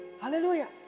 Hallelujah